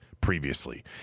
previously